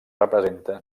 representa